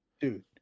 Dude